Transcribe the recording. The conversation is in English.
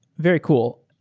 very cool.